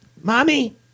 Mommy